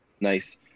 nice